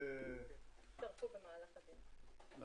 אנחנו